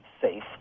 safe